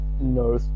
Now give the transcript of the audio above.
no